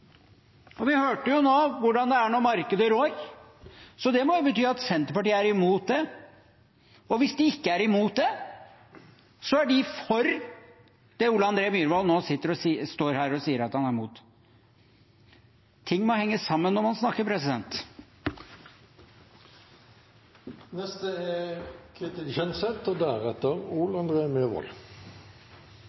er når markedet rår, så det må bety at Senterpartiet er imot det. Hvis de ikke er imot det, er de for det Ole André Myhrvold nå står her og sier at han er imot. Ting må henge sammen når man snakker. En bør fortelle hele historien. For det var Senterpartiets energiminister Eivind Reiten som liberaliserte det norske kraftmarkedet. Og